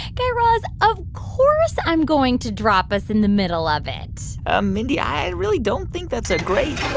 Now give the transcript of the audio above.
guy raz, of course i'm going to drop us in the middle of it ah mindy, i really don't think that's a great